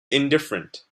indifferent